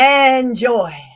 Enjoy